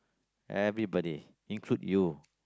everybody include you